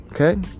Okay